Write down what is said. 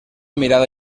mirada